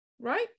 right